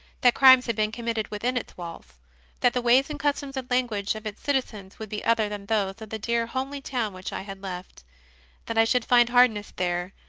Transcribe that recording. that crimes had been committed within its walls that the ways and customs and language of its citizens would be other than those of the dear homely town which i had left that i should find hardness there,